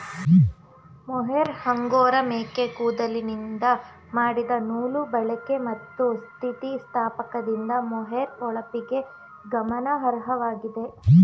mohair angora ಮೇಕೆ ಕೂದಲಿಂದ ಮಾಡಿದ ನೂಲು ಬಾಳಿಕೆ ಮತ್ತು ಸ್ಥಿತಿಸ್ಥಾಪಕದಿಂದ ಮೊಹೇರ್ ಹೊಳಪಿಗೆ ಗಮನಾರ್ಹವಾಗಿದೆ